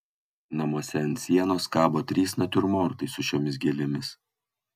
namuose ant sienos kabo trys natiurmortai su šiomis gėlėmis